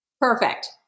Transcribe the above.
perfect